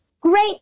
great